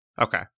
Okay